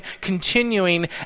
continuing